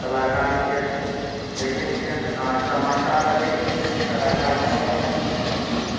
कलाकारी के देखै छियैन नाच तमाशा मे देखै छियैन जे कलाकार सब अपन अपन